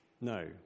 No